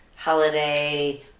holiday